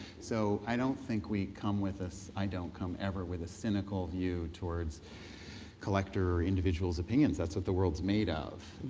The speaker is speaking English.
so i don't think we come with this, i don't come ever with a cynical view towards collector or individual's opinions. that's what the world's made of.